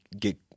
get